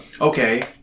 okay